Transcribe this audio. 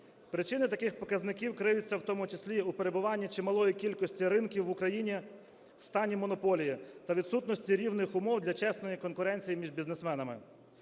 Причини таких показників криються в тому числі у перебуванні чималої кількості ринків в Україні в стані монополії та відсутності рівних умов для чесної конкуренції між бізнесменами.